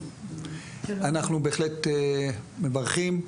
אנחנו בהחלט מברכים,